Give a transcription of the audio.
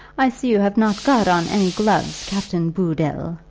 i see you have not got on any gloves, captain booddle.